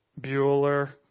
Bueller